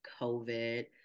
covid